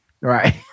Right